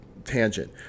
tangent